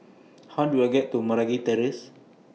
How Do I get to Meragi Terrace